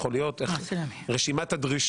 אחרים, בהתאם לשיקול הדעת.